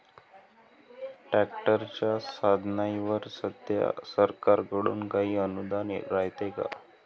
ट्रॅक्टरच्या साधनाईवर सध्या सरकार कडून काही अनुदान रायते का?